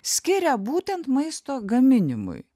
skiria būtent maisto gaminimui